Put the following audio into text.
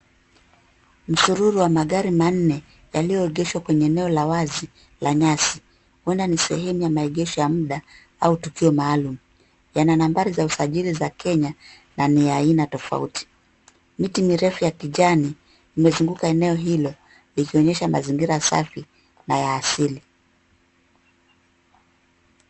Msururu wa magari manne yaliyoegeshwa kwenye eneo la wazi la nyasi, huenda ni sehemu ya maegesho ya muda au tukio maalum. Yana nambari za usajili za Kenya na ni ya aina tofauti. Miti mirefu ya kijani imezunguka hilo likionyesha mazingira safi na ya asili.